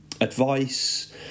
advice